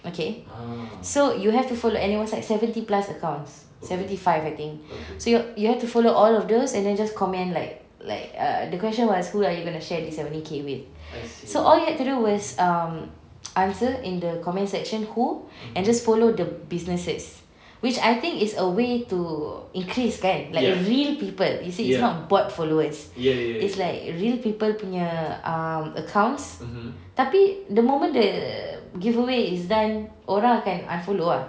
okay so you have to follow and it was like seventy plus accounts seventy five I think so you you have to follow all of those and then just comment like like err the question was who are you going to share this seventy K with so all you had to do was um answer in the comments section who and just follow the businesses which I think it's a way to increase kan like real people you see it's not bought followers it's like real people punya accounts tapi the moment the giveaway is done orang akan unfollow ah